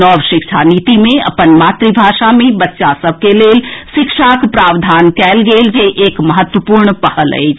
नव शिक्षा नीति मे अपन मातृभाषा मे बच्चा सभ के लेल शिक्षाक प्रावधान कएल गेल जे एक महत्वपूर्ण पहल अछि